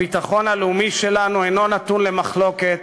הביטחון הלאומי שלנו אינו נתון למחלוקת,